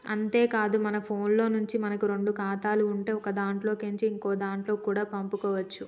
అంతేకాదు మన ఫోన్లో నుంచే మనకు రెండు ఖాతాలు ఉంటే ఒకదాంట్లో కేంచి ఇంకోదాంట్లకి కూడా పంపుకోవచ్చు